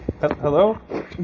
Hello